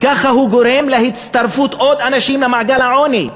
ככה הוא גורם להצטרפות עוד אנשים למעגל העוני,